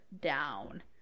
down